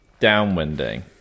downwinding